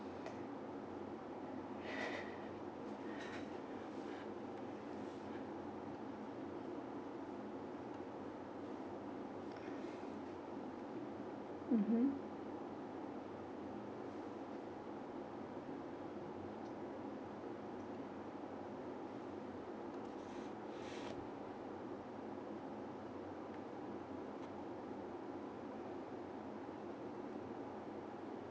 mmhmm